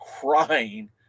crying